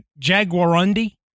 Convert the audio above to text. Jaguarundi